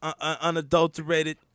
unadulterated